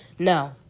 No